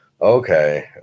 Okay